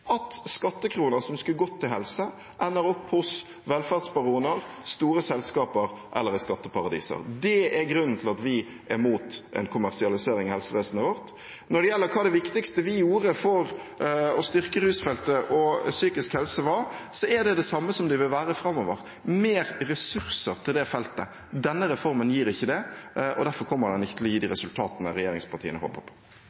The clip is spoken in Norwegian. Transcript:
at skattekroner som skulle gått til helse, ender opp hos velferdsbaroner, store selskaper eller i skatteparadiser. Det er grunnen til at vi er mot en kommersialisering av helsevesenet vårt. Når det gjelder hva som var det viktigste vi gjorde for å styrke rusfeltet og psykisk helse, var det det samme som det vil være framover: mer ressurser til det feltet. Denne reformen gir ikke det, og derfor kommer den ikke til å gi de resultatene regjeringspartiene håper på.